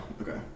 Okay